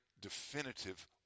definitive